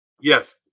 yes